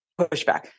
pushback